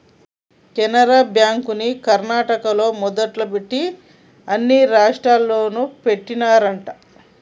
కెనరా బ్యాంకుని కర్ణాటకోల్లు మొదలుపెట్టి అన్ని రాష్టాల్లోనూ పెట్టినారంట